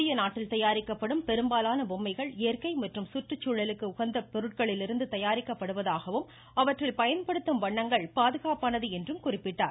இந்திய நாட்டில் தயாரிக்கப்படும் பெரும்பாலான பொம்மைகள் இயற்கை மற்றும் சுற்றுச்சூழலுக்கு உகந்த பொருட்களிலிருந்து தயாரிக்கப்படுவதாகவும் அவற்றில் பயன்படுத்தும் வண்ணங்கள் பாதுகாப்பானது என்றும் குறிப்பிட்டார்